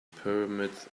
pyramids